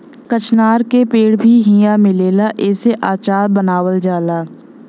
कचनार के पेड़ भी इहाँ मिलेला एसे अचार बनावल जाला